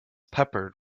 peppered